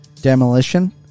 demolition